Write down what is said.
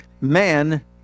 Man